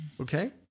Okay